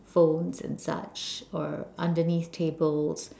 phones and such or underneath tables